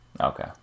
Okay